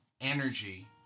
energy